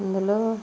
అందులో